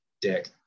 dick